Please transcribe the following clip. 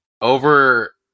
over